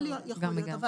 יכול להיות, אבל